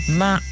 ma